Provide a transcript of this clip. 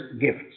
gifts